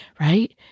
right